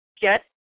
get